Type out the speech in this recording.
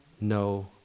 no